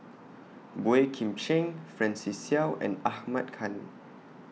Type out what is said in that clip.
Boey Kim Cheng Francis Seow and Ahmad Khan